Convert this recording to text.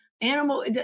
animal